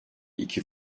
iki